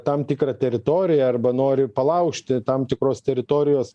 tam tikrą teritoriją arba nori palaužti tam tikros teritorijos